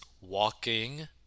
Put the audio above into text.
walking